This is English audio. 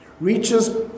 reaches